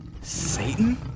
Satan